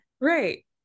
right